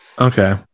okay